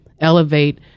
elevate